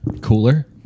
cooler